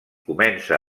comença